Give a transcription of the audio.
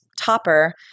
topper